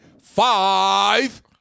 five